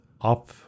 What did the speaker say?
up